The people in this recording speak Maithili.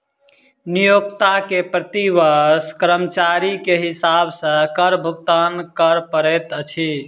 नियोक्ता के प्रति वर्ष कर्मचारी के हिसाब सॅ कर भुगतान कर पड़ैत अछि